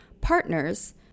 partners